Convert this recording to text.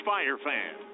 FireFan